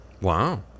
Wow